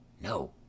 No